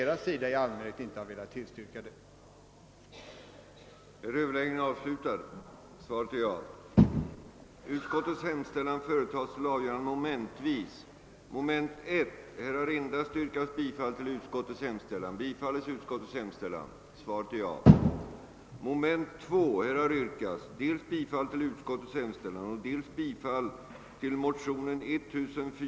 uttalade sig för att socionomutbildningsberedningen finge till uppgift att utreda lämpligheten av att förlägga en socialhögskola till Östersund,